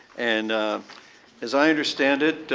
and as i understand it,